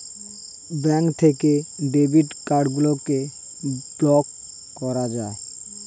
bank থেকে debit card গুলিকে block করা যায়